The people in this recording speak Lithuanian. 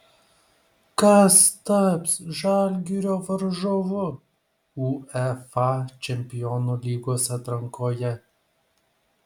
kas taps žalgirio varžovu uefa čempionų lygos atrankoje